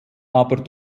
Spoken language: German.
aber